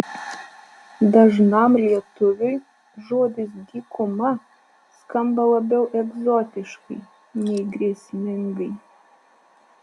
dažnam lietuviui žodis dykuma skamba labiau egzotiškai nei grėsmingai